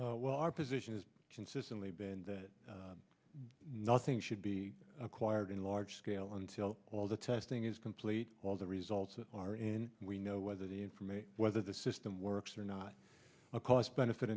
it's well our position has consistently been that nothing should be acquired in a large scale until all the testing is complete all the results are in and we know whether the information whether the system works or not a cost benefit